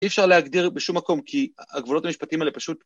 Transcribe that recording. אי אפשר להגדיר בשום מקום כי הגבולות המשפטיים האלה פשוט...